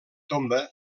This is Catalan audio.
tomba